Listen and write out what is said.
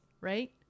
right